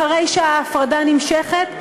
אחרי שההפרדה נמשכת,